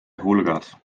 hulgas